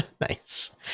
Nice